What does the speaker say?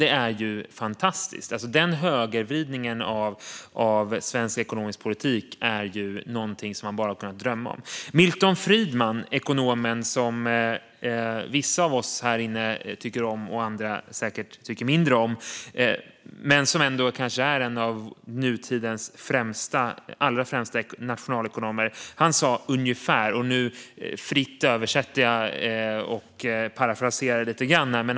Det är ju fantastiskt! Den högervridningen av svensk ekonomisk politik är ju någonting som man bara har kunnat drömma om. Milton Friedman, ekonomen som vissa av oss här inne tycker om och andra säkert tycker mindre om, är kanske en av nutidens allra främsta nationalekonomer. Han sa ungefär följande, och nu översätter jag fritt och parafraserar lite grann.